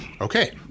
Okay